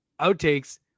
outtakes